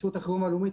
רשות החירום הלאומית,